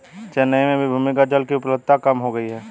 चेन्नई में भी भूमिगत जल की उपलब्धता कम हो गई है